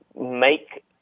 make